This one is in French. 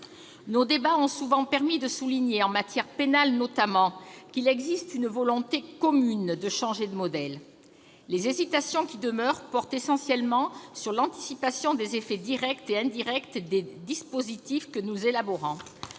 Nos débats ont souvent permis de souligner, en matière pénale notamment, qu'il existe une volonté commune de changer de modèle. Les hésitations qui demeurent portent essentiellement sur l'anticipation des effets directs et indirects des dispositifs que nous élaborons.